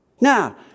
Now